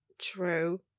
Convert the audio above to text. true